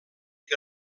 que